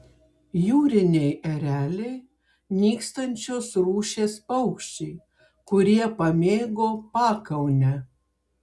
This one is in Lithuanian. jūriniai ereliai nykstančios rūšies paukščiai kurie pamėgo pakaunę